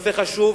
נושא חשוב,